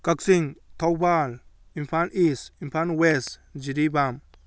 Kakching Thoubal Imphal east Imphal west Jiribam